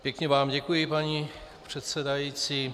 Pěkně vám děkuji, paní předsedající.